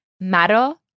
Maro